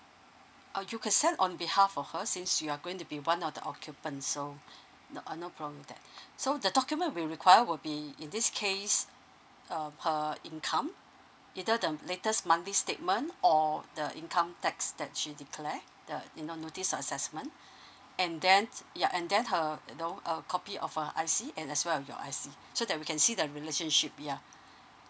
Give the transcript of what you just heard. uh you can send on behalf of her since you are going to be one of the occupants so uh no problem with that so the document will require will be in this case uh her income either the latest monthly statement or the income tax that she declare the you know notice of assessment and then ya and then her you know copy of her I_C and as well as your I_C so that we can see the relationship yeah